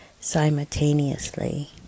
simultaneously